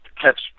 catch